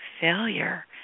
failure